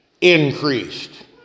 increased